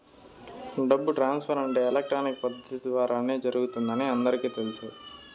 డబ్బు ట్రాన్స్ఫర్ అంటే ఎలక్ట్రానిక్ పద్దతి ద్వారానే జరుగుతుందని అందరికీ తెలుసును